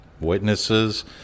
witnesses